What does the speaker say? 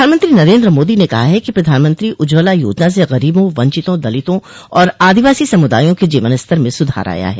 प्रधानमंत्री नरेन्द्र मोदी ने कहा है कि प्रधानमंत्री उज्ज्वला योजना से गरीबों वंचितों दलितों और आदिवासी समुदायों के जीवन स्तर में सुधार आया है